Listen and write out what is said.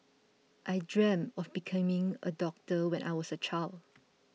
I dreamt of becoming a doctor when I was a child